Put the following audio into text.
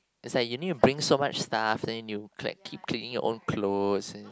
is like you need to bring so much stuff then you ne~ keep cleaning your own clothes and